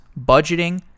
budgeting